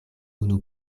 unu